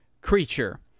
Creature